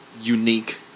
unique